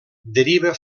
deriva